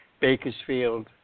Bakersfield